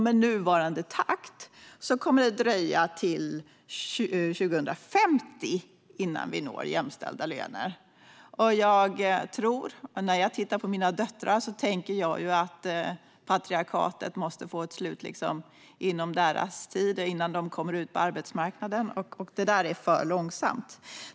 Med nuvarande takt kommer det att dröja till 2050 innan vi når jämställda löner. När jag tittar på mina döttrar tänker jag att patriarkatet måste få ett slut innan de kommer ut på arbetsmarknaden, men det går för långsamt.